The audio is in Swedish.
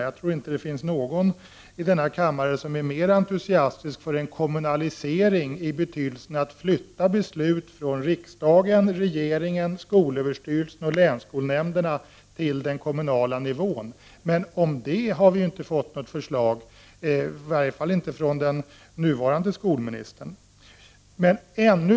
Jag tror inte att det finns någon i denna kammare som är mer entusiastisk för en kommunalisering i betydelsen att man flyttar beslut från riksdagen, regeringen, skolöverstyrelsen och länsskolnämnderna till den kommunala nivån. Men det har vi inte fått något förslag om, i varje fall inte från den nuvarande skolministern.